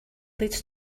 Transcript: leads